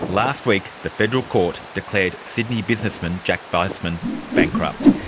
last week the federal court declared sydney businessman jack vaisman bankrupt.